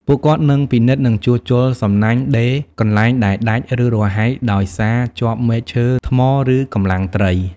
ពួកគាត់នឹងពិនិត្យ និងជួសជុល សំណាញ់ ដេរកន្លែងដែលដាច់ ឬរហែកដោយសារជាប់មែកឈើ ថ្ម ឬកម្លាំងត្រី។